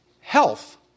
health